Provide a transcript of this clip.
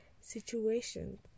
situations